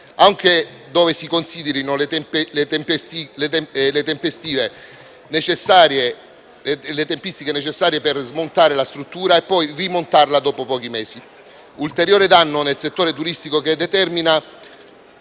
anche in considerazione delle tempistiche necessarie per smontare la struttura e poi rimontarla dopo pochi mesi. Un ulteriore danno nel settore turistico che determina